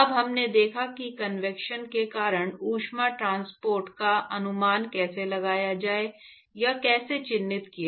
अब हम देखेंगे कि कन्वेक्शन के कारण ऊष्मा ट्रांसपोर्ट का अनुमान कैसे लगाया जाए या कैसे चिह्नित किया जाए